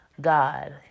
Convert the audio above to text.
God